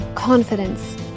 confidence